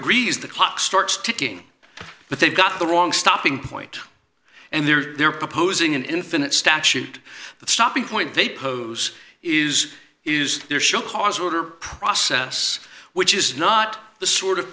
agrees the clock starts ticking but they've got the wrong stopping point and they're proposing an infinite statute but stopping point they pose is is their show cause order process which is not the sort of